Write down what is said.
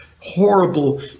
horrible